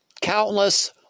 countless